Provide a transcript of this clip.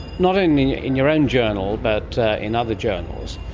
not only in your own journal but in other journals.